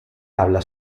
habla